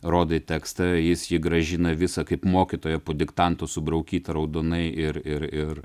rodai tekstą jis jį grąžina visą kaip mokytojo po diktanto subraukytą raudonai ir ir ir